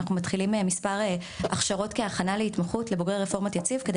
אנחנו מתחילים מספר הכשרות לבוגרי רפורמת יציב כדי